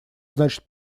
значит